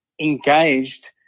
engaged